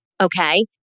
Okay